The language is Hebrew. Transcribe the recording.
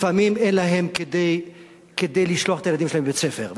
לפעמים אין להם כדי לשלוח את הילדים שלהם לבית-ספר.